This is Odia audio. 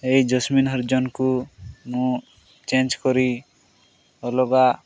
ଏଇ ଜସ୍ମିନ୍ ହରିଜନକୁ ମୁଁ ଚେଞ୍ଜ୍ କରି ଅଲଗା